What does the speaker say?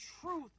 truth